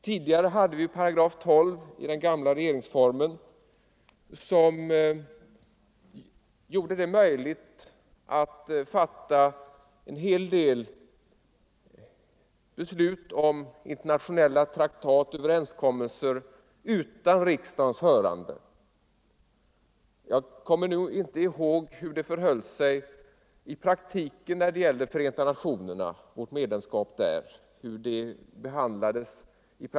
Tidigare hade vi 12§ i den gamla regeringsformen som gjorde det möjligt att fatta en hel del beslut om internationella traktat och överenskommelser utan riksdagens hörande. Jag minns nu inte hur det i praktiken gick till när det gällde Förenta nationerna och vårt medlemskap däri.